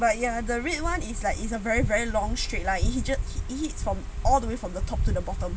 but ya the red [one] is like it's a very very long straight line it hits from all the way from the top to the bottom